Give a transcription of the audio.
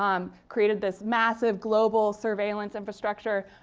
um created this massive global surveillance infrastructure.